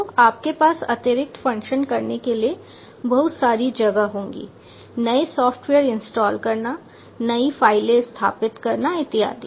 तो आपके पास अतिरिक्त फंक्शंस करने के लिए बहुत सारी जगह होगी नए सॉफ्टवेयर इंस्टॉल करना नई फाइलें स्थापित करना इत्यादि